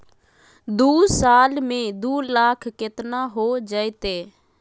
दू साल में दू लाख केतना हो जयते?